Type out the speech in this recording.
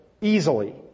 easily